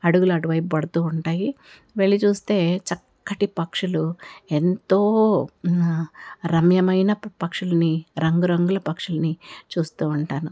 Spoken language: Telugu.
అడుగులు అటువైపు పడుతూ ఉంటాయి వెళ్ళి చూస్తే చక్కటి పక్షులు ఎంతో రమ్యమైన పక్షుల్ని రంగురంగుల పక్షుల్ని చూస్తూ ఉంటాను